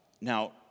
now